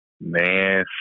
Man